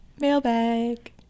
mailbag